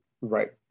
right